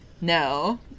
no